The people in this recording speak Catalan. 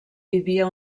vivia